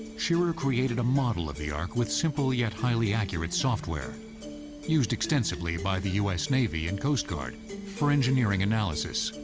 shearer created a model of the ark with simple yet highly accurate software used extensively by the u s. navy and coast guard for engineering analysis.